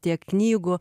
tiek knygų